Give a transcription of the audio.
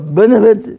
benefit